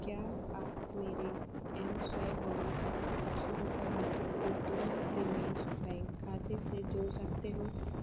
क्या आप मेरे एम स्वाइप वॉलेट में आठ सौ रुपये मेरे पेटीएम पेमेंट्स बैंक खाते से जोड़ सकते हो